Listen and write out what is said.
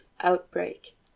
outbreak